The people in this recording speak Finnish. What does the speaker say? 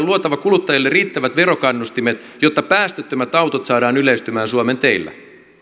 luotava kuluttajille riittävät verokannustimet jotta päästöttömät autot saadaan yleistymään suomen teillä